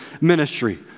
ministry